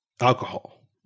alcohol